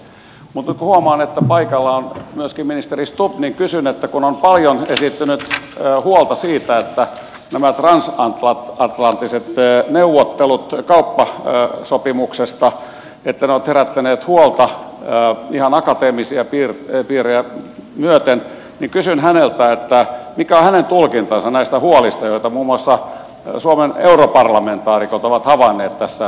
mutta nyt kun huomaan että paikalla on myöskin ministeri stubb niin kysyn häneltä että kun on paljon esittänyt jo huolta siitä että tämä ranskan nämä transatlanttiset neuvottelut kauppasopimuksesta ovat herättäneet paljon huolta ihan akateemisia piirejä myöten mikä on hänen tulkintansa näistä huolista joita muun muassa suomen europarlamentaarikot ovat havainneet tässä keskustelussa